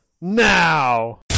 Now